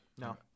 No